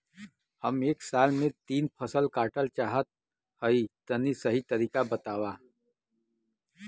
हम एक साल में तीन फसल काटल चाहत हइं तनि सही तरीका बतावा?